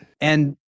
And-